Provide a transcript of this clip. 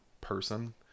person